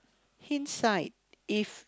hindsight if